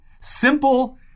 simple